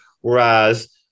Whereas